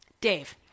Dave